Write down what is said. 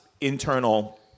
internal